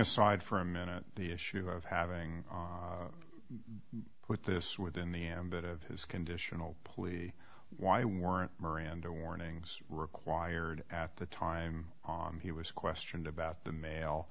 aside for a minute the issue of having with this within the ambit of his conditional plea why weren't miranda warnings required at the time he was questioned about the mail